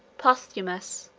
posthumus,